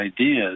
ideas